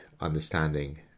understanding